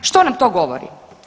Što nam to govori?